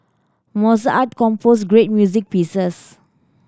Mozart composed great music pieces